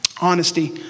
Honesty